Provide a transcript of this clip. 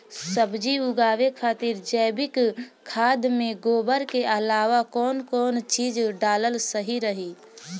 सब्जी उगावे खातिर जैविक खाद मे गोबर के अलाव कौन कौन चीज़ डालल सही रही?